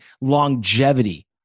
Longevity